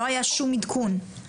לא היה שום עדכון.